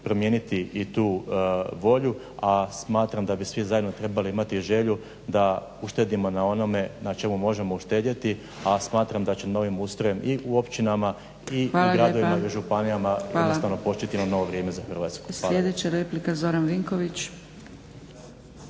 promijeniti i tu volju, a smatram da bi svi zajedno trebali imati želju da uštedimo na onome na čemu možemo uštedjeti. A smatram da će novim ustrojem i u općinama i u gradovima i županijama jednostavno početi jedno novo vrijeme za Hrvatsku.